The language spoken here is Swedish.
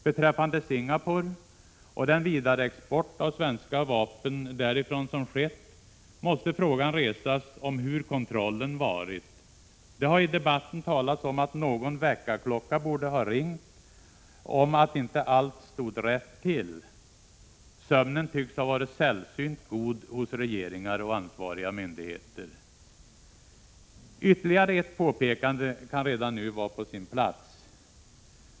Beträffande Singapore och den vidareexport av svenska vapen därifrån som skett måste frågan resas om hur kontrollen varit. Det har i debatten talats om att någon väckarklocka borde ha ringt om att inte allt stod rätt till. Sömnen tycks ha varit sällsynt god hos regeringar och ansvariga myndigheter! Ytterligare ett påpekande kan redan nu vara på sin plats.